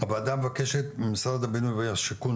הוועדה מבקשת ממשרד הבינוי והשיכון,